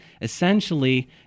Essentially